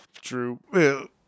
True